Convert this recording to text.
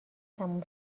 تموم